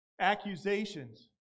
accusations